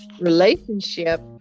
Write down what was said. relationship